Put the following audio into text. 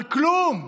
על כלום.